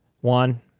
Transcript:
One